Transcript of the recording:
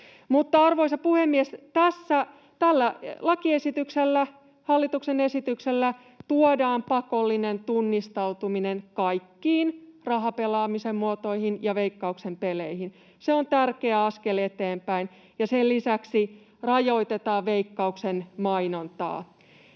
Arvoisa puhemies! Tällä hallituksen esityksellä tuodaan pakollinen tunnistautuminen kaikkiin rahapelaamisen muotoihin ja Veikkauksen peleihin. Se on tärkeä askel eteenpäin, ja sen lisäksi rajoitetaan Veikkauksen mainontaa.